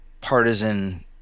partisan